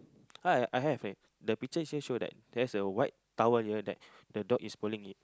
right I have eh the picture here shows that there's a white towel here that the dog is pulling it